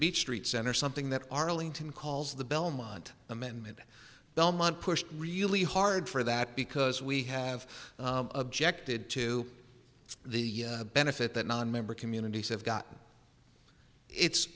beach street center something that arlington calls the belmont amendment belmont pushed really hard for that because we have objected to the benefit that nonmember communities have got